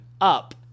Up